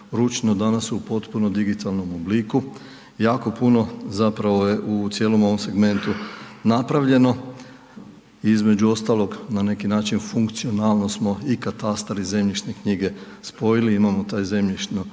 ručno danas su u potpuno digitalnom obliku. Jako puno zapravo je u cijelom ovom segmentu napravljeno i između ostalog na neki način funkcionalno smo i katastar i zemljišne knjige spojili, imamo taj zemljišno,